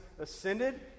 ascended